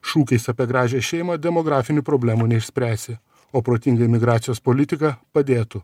šūkiais apie gražią šeimą demografinių problemų neišspręsi o protinga imigracijos politika padėtų